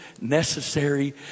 necessary